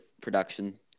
production